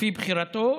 לפי בחירתו.